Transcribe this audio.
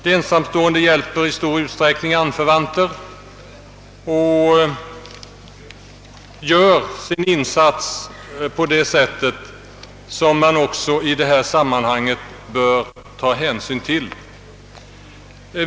En ensamstående hjälper i stor utsträckning anförvanter och gör sin insats på det sättet, och det bör man också i detta sammanhang ta hänsyn till.